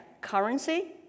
currency